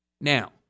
Now